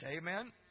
Amen